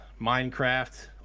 Minecraft